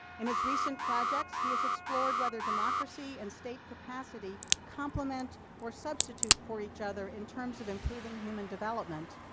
in his recent projects he has explored whether democracy and state capacity complements or substitute for each other, in terms of improving human development,